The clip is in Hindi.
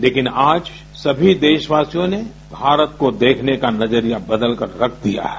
लेकिन आज सभी देशवासियों ने भारत को देखने का नजरिया बदलकर रख दिया है